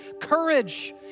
courage